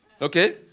Okay